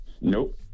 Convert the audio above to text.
Nope